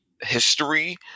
history